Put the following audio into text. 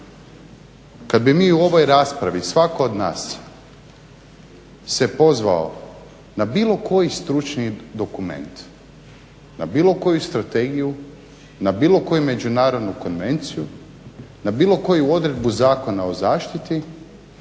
kada bi mi u ovoj raspravi, svatko od nas se pozvao na bilo koji stručni dokument, na bilo koju strategiju, na bilo koju međunarodnu konvenciju, na bilo koju odredbu Zakona o zaštiti